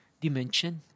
dimension